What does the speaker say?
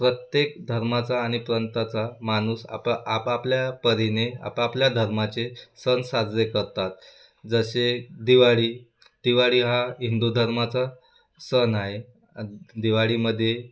प्रत्येक धर्माचा आणि पंथाचा माणूस आपा आपापल्या परीने आपापल्या धर्माचे सण साजरे करतात जसे दिवाळी दिवाळी हिंदू धर्माचा सणआहे दिवाळीमध्ये